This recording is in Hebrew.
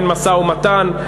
אין משא-ומתן.